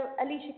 Alicia